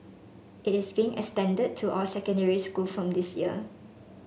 it is being extended to all secondary school from this year